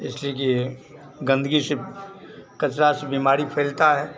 इसलिए कि गंदगी से कचरा से बीमारी फैलता है